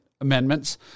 amendments